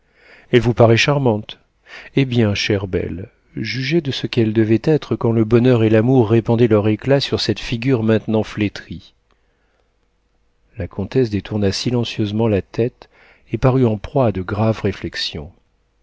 elle vous paraît charmante eh bien chère belle jugez de ce qu'elle devait être quand le bonheur et l'amour répandaient leur éclat sur cette figure maintenant flétrie la comtesse détourna silencieusement la tête et parut en proie à de graves réflexions